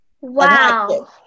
Wow